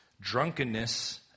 Drunkenness